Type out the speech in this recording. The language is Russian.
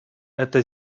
это